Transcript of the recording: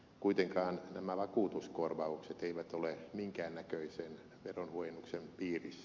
kuitenkaan nämä vakuutuskorvaukset eivät ole minkään näköisen veronhuojennuksen piirissä